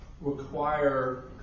require